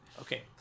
Okay